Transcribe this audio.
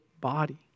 body